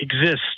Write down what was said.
exist